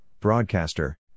Broadcaster